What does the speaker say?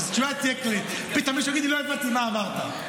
שלא יגידו: לא הבנתי מה אמרת.